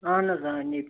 اہن حظ آ نِبہِ